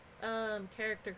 character